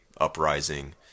uprising